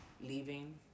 leaving